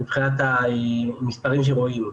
מבחינת המספרים שרואים.